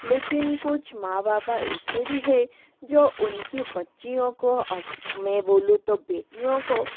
लेकिन कुछ माँ बापा ऐसे भी है जो उनकी बच्चियों को मैं बोलूँ तो बेटियों को